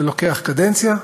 זה לוקח קדנציה,